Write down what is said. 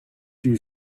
you